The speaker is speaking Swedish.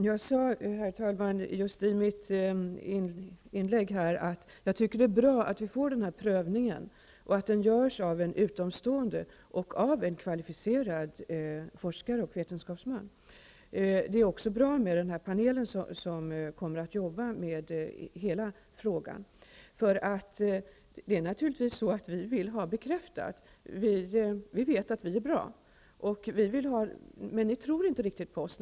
Herr talman! I mitt förra inlägg sade jag just att det är bra att det skall ske en prövning och att den görs av en utomstående kvalificerad forskare och vetenskapsman. Det är också bra med denna panel som kommer att arbeta med hela frågan. Vi vill naturligtvis få bekräftelse, för vi vet att vi är bra. Men ni tror inte riktigt på oss.